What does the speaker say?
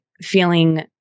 feeling